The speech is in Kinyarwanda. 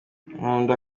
nkunda